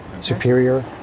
Superior